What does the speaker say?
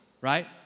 right